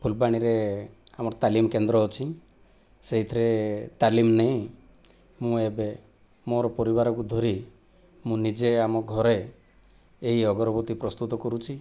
ଫୁଲବାଣୀରେ ଆମର ତାଲିମ କେନ୍ଦ୍ର ଅଛି ସେହିଥିରେ ତାଲିମ ନେଇ ମୁଁ ଏବେ ମୋର ପରିବାରକୁ ଧରି ମୁଁ ନିଜେ ଆମ ଘରେ ଏହି ଅଗରବତୀ ପ୍ରସ୍ତୁତ କରୁଛି